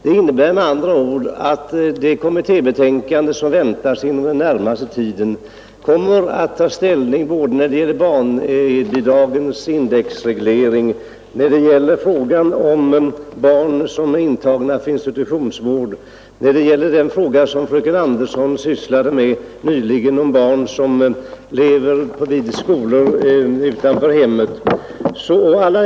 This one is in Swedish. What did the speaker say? Det innebär med andra ord att det kommittébetänkande, som väntas inom den närmaste tiden, kommer att ta ställning både när det gäller barnbidragens indexreglering, när det gäller frågan om barn som är intagna för institutionsvård och när det gäller den fråga fröken Andersson sysslade med nyss om barn som lever på skolor utanför hemmet.